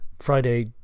Friday